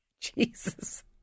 Jesus